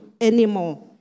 anymore